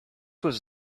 was